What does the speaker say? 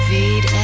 Feed